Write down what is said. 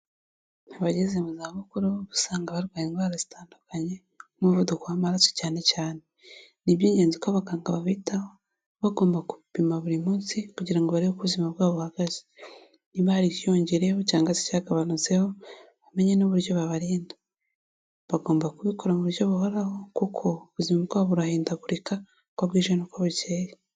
Abageze mu zabukuru uba usanga barwaye indwara zitandukanye nk'umuvuduko w'amaraso cyane cyane, n'iby'ingenzi ko abaganga babitaho bagomba kubapima buri munsi kugira ngo barebe uko ubuzima bwabo buhagaze, niba hari icyiyongereyeho cyangwa se icyagabanutseho bamenye n'uburyo babarinda, bagomba kubikora mu buryo buhoraho kuko ubuzima bwabo burahindagurika uko bwije n'uko bukeyeye.